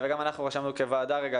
וגם אנחנו כוועדה רשמנו,